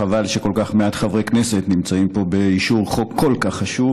חבל שכל כך מעט חברי כנסת נמצאים פה באישור חוק כל כך חשוב,